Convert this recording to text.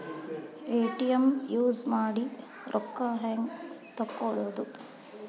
ATM use ಮಾಡಿ ರೊಕ್ಕ ಹೆಂಗೆ ತಕ್ಕೊಳೋದು?